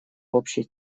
общей